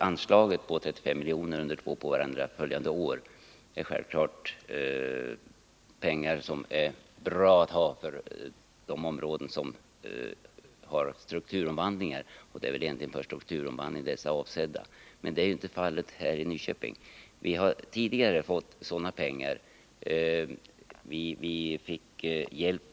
Anslaget om 35 milj.kr. under älvfallet bra för de områden som strukturomvandlas, men det är inte fallet i Nyköping. Det är väl egentligen för strukturomvandling som dessa pengar är avsedda. I Nyköping har vi tidigare fått sådan hjälp.